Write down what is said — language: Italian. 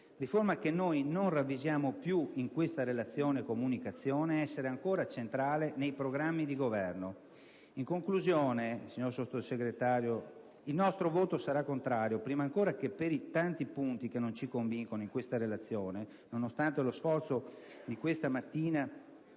Riforma che noi non ravvisiamo più in questa relazione/comunicazione essere ancora centrale nei programmi di governo. In conclusione, signor Sottosegretario, il nostro voto sarà contrario, prima ancora che per i tanti punti che non ci convincono di questa relazione - nonostante lo sforzo di questa mattina